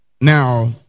Now